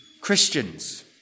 Christians